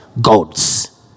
gods